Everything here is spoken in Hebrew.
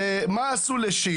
ומה עשו לש',